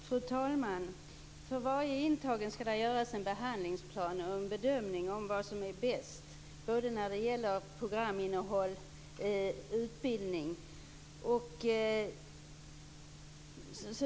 Fru talman! För varje intagen skall det göras en behandlingsplan och en bedömning av vad som är bäst när det gäller programinnehåll och utbildning.